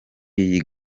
iyi